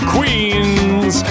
Queens